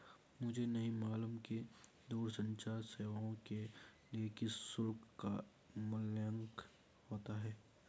मुझे नहीं मालूम कि दूरसंचार सेवाओं के लिए किस शुल्क का मूल्यांकन होता है?